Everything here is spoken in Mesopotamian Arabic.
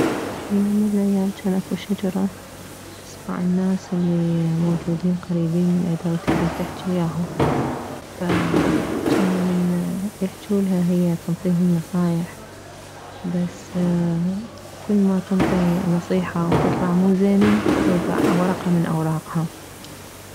بيوم من الايام جان اكو شجرة تسمع الناس الي موجودين قريبين من عدها وتكدر تحجي وياهم فجانو من يحجولها هي تنطيهم نصايح بس كلما تنطي نصيحة وتطلع مو زينة توكع ورقة من اوراقها